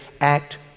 act